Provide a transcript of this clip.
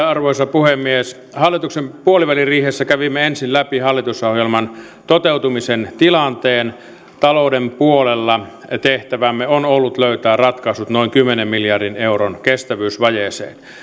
arvoisa puhemies hallituksen puoliväliriihessä kävimme ensin läpi hallitusohjelman toteutumisen tilanteen talouden puolella tehtävämme on ollut löytää ratkaisut noin kymmenen miljardin euron kestävyysvajeeseen